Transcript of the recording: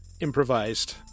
improvised